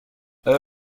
آیا